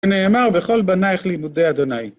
ונאמר וכל בנייך לימודי ה'.